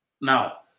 Now